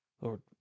Lord